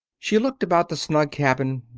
she looked about the snug cabin,